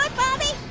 baldy?